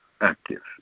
active